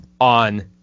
on